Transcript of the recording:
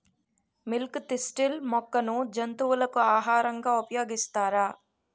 Milk thistle మొక్కను జంతువులకు ఆహారంగా ఉపయోగిస్తారా?